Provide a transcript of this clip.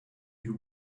you